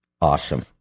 Awesome